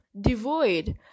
devoid